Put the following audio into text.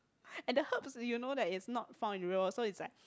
and the herbs you know that is not found in Europe so it's like